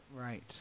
Right